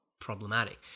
problematic